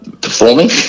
performing